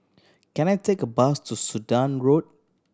can I take a bus to Sudan Road